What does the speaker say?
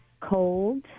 Cold